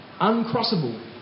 uncrossable